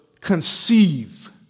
conceive